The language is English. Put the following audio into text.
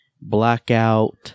Blackout